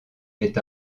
est